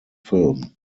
film